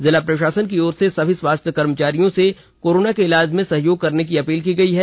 जिला प्रशासन की ओर से सभी स्वास्थ्य कर्मचारियों से कोरोना के इलाज में सहयोग करने की अपील की गई है